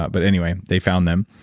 but but anyway, they found them,